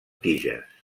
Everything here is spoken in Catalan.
tiges